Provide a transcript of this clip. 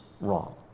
wrong